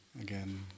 again